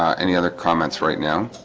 ah any other comments right now?